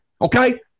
Okay